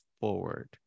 forward